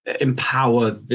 empower